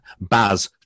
Baz